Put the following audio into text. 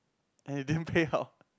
and it didn't payout